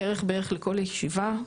כרך בערך לכל ישיבה,